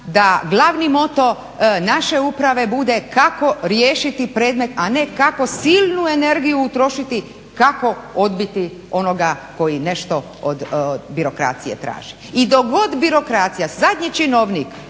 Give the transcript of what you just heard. da glavni moto naše uprave bude kako riješiti predmet, a ne kako silnu energiju utrošiti kako odbiti onoga koji nešto od birokracije traži. I dok god birokracija, zadnji činovnik,